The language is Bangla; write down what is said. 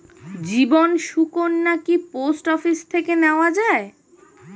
জীবন সুকন্যা কি পোস্ট অফিস থেকে নেওয়া যায়?